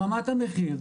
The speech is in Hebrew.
ברמת המחיר,